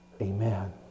amen